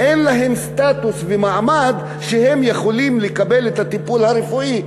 אין להם סטטוס ומעמד שהם יכולים לקבל טיפול רפואי.